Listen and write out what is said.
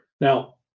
Now